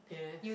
yes